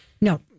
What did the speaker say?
No